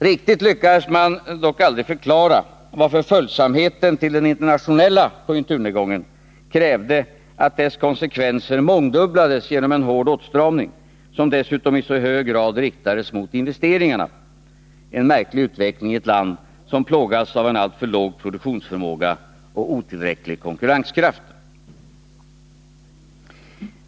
Riktigt lyckades man dock aldrig förklara varför följsamheten till den internationella nedgången krävde att dess konsekvenser mångdubblades genom en hård åtstramning, som dessutom i så hög grad riktades mot investeringarna — en märklig utveckling i ett land som plågas av en alltför låg produktionsförmåga och otillräcklig konkurrenskraft.